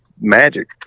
magic